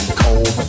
cold